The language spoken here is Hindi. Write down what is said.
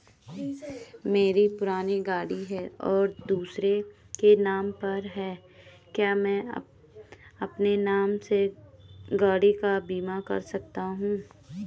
मेरी पुरानी गाड़ी है और दूसरे के नाम पर है क्या मैं अपने नाम से गाड़ी का बीमा कर सकता हूँ?